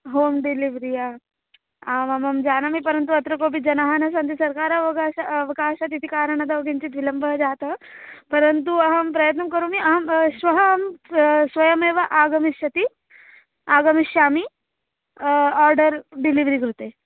home delivery या आमामां जानामि परन्तु अत्र कोपि जनाः न सन्ति सर्वकारः अवकाशः अवकाशादिति कारणादेव किञ्चित् विलम्बः जातः परन्तु अहं प्रयत्नं करोमि अहं श्वः स्वयमेव आगमिष्यामि आगमिष्यामि आर्डर् डिलिव्रि कृते